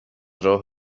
راه